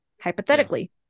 Hypothetically